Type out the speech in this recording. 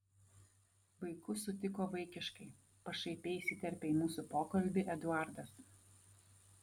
vaikus sutiko vaikiškai pašaipiai įsiterpė į mūsų pokalbį eduardas